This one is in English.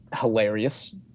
hilarious